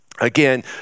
again